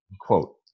quote